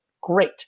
great